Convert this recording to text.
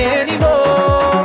anymore